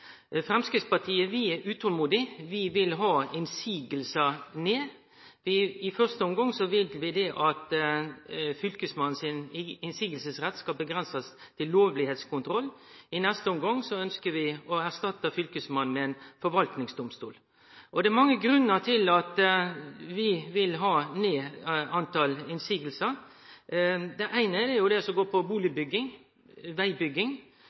Framstegspartiet er utolmodig. Vi vil ha motsegnene ned. I første omgang vil vi at Fylkesmannen si motsegnsrett skal avgrensast til lovlegheitskontroll. I neste omgang ønskjer vi å erstatte Fylkesmannen med ein forvaltingsdomstol. Det er mange grunnar til at vi vil ha ned talet på motsegner. Det eine er det som går på bustadbygging og vegbygging.